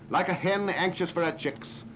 like a hen anxious for ah